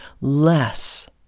less